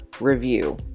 review